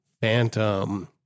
phantom